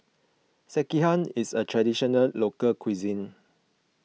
Sekihan is a Traditional Local Cuisine